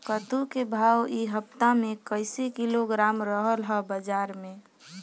कद्दू के भाव इ हफ्ता मे कइसे किलोग्राम रहल ह बाज़ार मे?